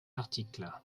article